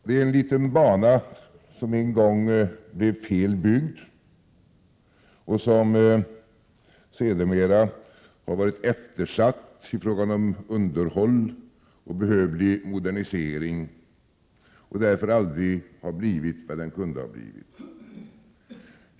Det är en liten bana, som en gång blev fel byggd och som sedermera har varit eftersatt i fråga om underhåll och behövlig modernisering och därför aldrig har blivit vad den kunde ha blivit.